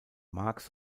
marx